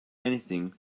anything